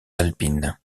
alpines